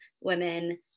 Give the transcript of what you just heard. women